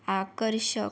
आकर्षक